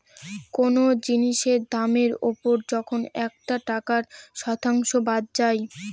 কোনো জিনিসের দামের ওপর যখন একটা টাকার শতাংশ বাদ যায়